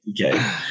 Okay